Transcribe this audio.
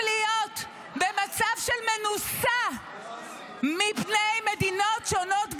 להיות במצב של מנוסה מפני מדינות שונות בעולם,